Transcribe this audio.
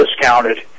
discounted